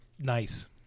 Nice